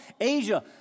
Asia